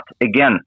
again